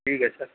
ٹھیک ہے سر